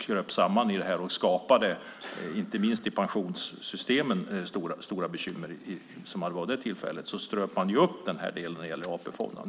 krympte samman och skapade stora bekymmer, inte minst i pensionssystemen. Då ströp man bonusarna i AP-fonderna.